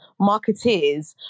marketeers